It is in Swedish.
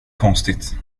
konstigt